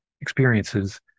experiences